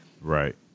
Right